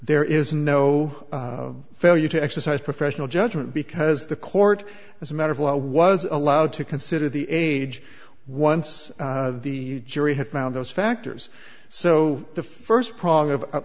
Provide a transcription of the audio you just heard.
there is no failure to exercise professional judgment because the court as a matter of law was allowed to consider the age once the jury had found those factors so the first prong of